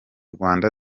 rwanda